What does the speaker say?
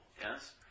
yes